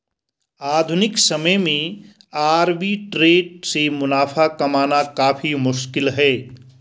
आधुनिक समय में आर्बिट्रेट से मुनाफा कमाना काफी मुश्किल है